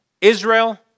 Israel